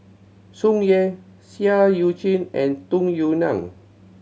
Tsung Yeh Seah Eu Chin and Tung Yue Nang